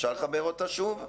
אם אפשר לחבר אותה שוב.